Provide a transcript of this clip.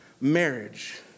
marriage